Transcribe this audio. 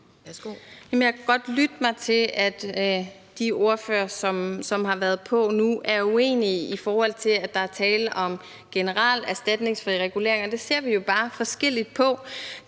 Jeg kan godt lytte mig til, at de ordførere, som har været på nu, er uenige i forhold til, at der er tale om generelt erstatningsfrie reguleringer. Det ser vi jo bare forskelligt på.